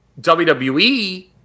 WWE